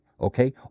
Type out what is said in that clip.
okay